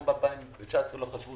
גם ב-2019 לא חשבו